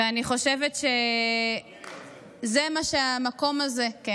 ואני חושבת שזה מה שהמקום הזה, ספרי לי על זה.